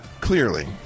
Clearly